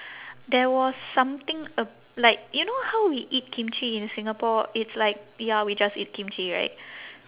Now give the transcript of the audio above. there was something uh like you know how we eat kimchi in singapore it's like ya we just eat kimchi right